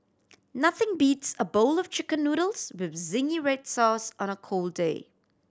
nothing beats a bowl of Chicken Noodles with zingy red sauce on a cold day